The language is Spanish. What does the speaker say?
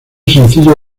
sencillo